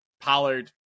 Pollard